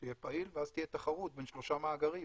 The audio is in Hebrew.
שיהיה פעיל, ואז תהיה תחרות בין שלושה מאגרים